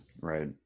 Right